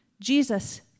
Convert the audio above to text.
Jesus